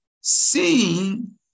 seeing